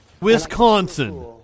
Wisconsin